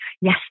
Yes